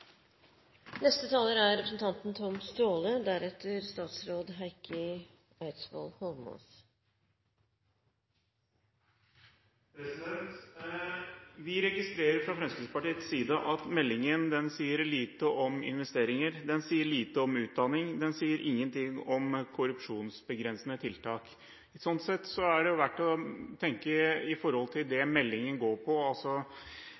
Vi registrerer fra Fremskrittspartiets side at meldingen sier lite om investeringer, den sier lite om utdanning, og den sier ingenting om korrupsjonsbegrensende tiltak. Sånn sett er det verdt å tenke på det meldingen går på,